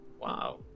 Wow